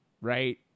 right